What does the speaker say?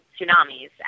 tsunamis